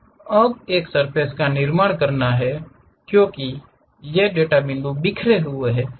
अब एक सर्फ़ेस का निर्माण करना है क्योंकि ये डेटा बिंदु बिखरे हुए हैं